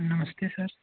नमस्ते सर